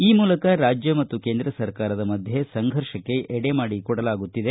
ಈ ಮೂಲಕ ರಾಜ್ಯ ಮತ್ತು ಕೇಂದ್ರ ಸರ್ಕಾರದ ಮಧ್ವೆ ಸಂಘರ್ಷಕ್ಕೆ ಎಡೆಮಾಡಿಕೊಡಲಾಗುತ್ತಿದೆ